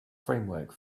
framework